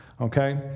okay